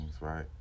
right